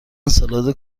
سالاد